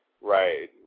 Right